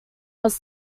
was